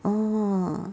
orh